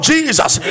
Jesus